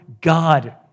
God